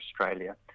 Australia